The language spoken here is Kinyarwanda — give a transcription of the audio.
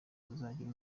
kuzagira